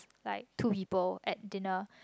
like two people at dinner